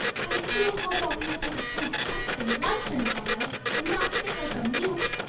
i do hope i'll be able to say something once in a while, and not sit like a mute,